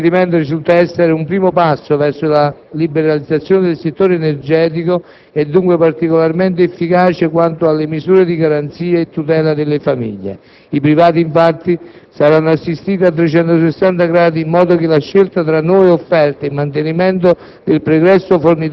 2007. Il provvedimento risulta essere un primo passo verso la liberalizzazione del settore energetico e dunque particolarmente efficace quanto alle misure di garanzia e tutela delle famiglie: i privati, infatti, saranno assistiti a 360 gradi in modo che la scelta tra nuove offerte e mantenimento